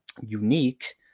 unique